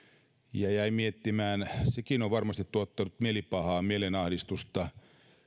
ja jäin miettimään että sekin on varmasti tuottanut mielipahaa mielenahdistusta